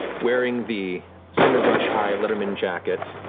wearing the cinderbrush high letterman jacket,